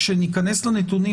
כשניכנס לנתונים,